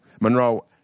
Monroe